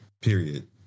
period